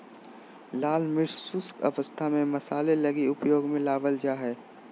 लाल मिर्च शुष्क अवस्था में मसाले लगी उपयोग में लाबल जा हइ